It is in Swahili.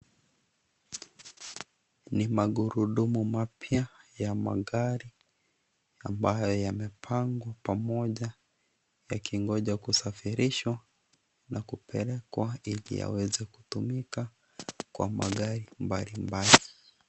Ni magurudumu mapya ya magari, ambayo yamepangwa pamoja yakingoja kusafirishwa na kupelekwa ili yaweze kutumika kwa magari mbali mbali.